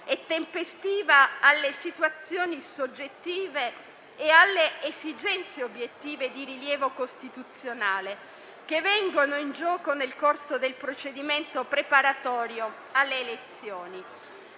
e tempestiva alle situazioni soggettive e alle esigenze obiettive di rilievo costituzionale che vengono in gioco nel corso del procedimento preparatorio alle elezioni.